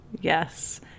Yes